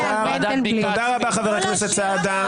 תודה רבה, חבר הכנסת סעדה.